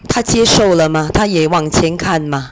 她接受了吗她也往前看吗